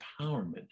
empowerment